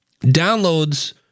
downloads